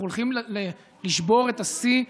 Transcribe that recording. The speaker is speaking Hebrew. אנחנו הולכים לשבור את השיא,